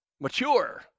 mature